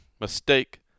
Mistake